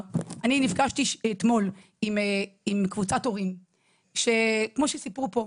נפגשתי אתמול עם קבוצת הורים שכמו שסיפרו פה,